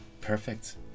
Perfect